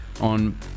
on